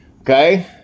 okay